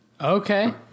Okay